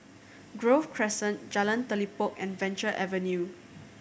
Grove Crescent Jalan Telipok and Venture Avenue